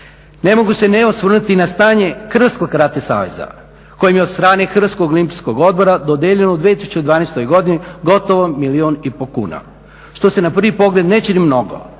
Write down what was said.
Ne mogu se ne osvrnuti na stanje Hrvatskog karate saveza kojim je od strane Hrvatskog olimpijskoj odbora dodijeljeno u 2012. godini gotovo milijun i pol kuna što se na prvi pogled ne čini mnogo